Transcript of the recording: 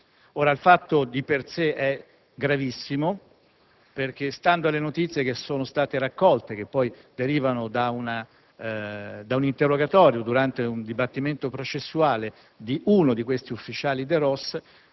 chi. Il fatto di per sé è gravissimo perché, stando alle notizie raccolte, che derivano da un interrogatorio avvenuto durante un dibattimento processuale di uno di questi ufficiali dei ROS,